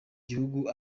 gihugu